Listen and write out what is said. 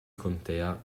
contea